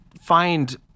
find